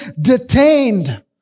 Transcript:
detained